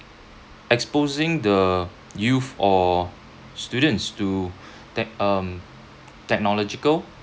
exposing the youth or students to tech um technological